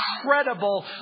incredible